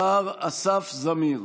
השר אסף זמיר.